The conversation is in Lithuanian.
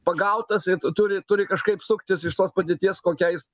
pagautas ir t turi turi kažkaip suktis iš tos padėties kokią jis